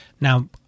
now